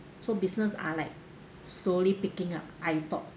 so business are like slowly picking up I thought